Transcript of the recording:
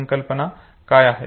संकल्पना काय आहे